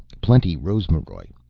plenty rosmaroj.